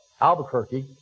Albuquerque